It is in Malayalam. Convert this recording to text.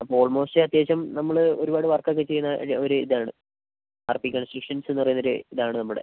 അപ്പോൾ ഓൾമോസ്റ്റ് അത്യാവശ്യം നമ്മള് ഒരുപാട് വർക്കൊക്കെ ചെയ്യുന്ന ഒരു ഒരിതാണ് ആർപി കൺസ്ട്രക്ഷൻസ് എന്നുപറയുന്ന ഒരിതാണ് നമ്മുടെ